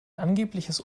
angebliches